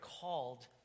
called